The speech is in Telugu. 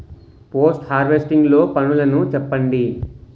పోస్ట్ హార్వెస్టింగ్ లో పనులను చెప్పండి?